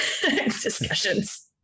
discussions